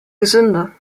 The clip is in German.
gesünder